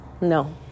no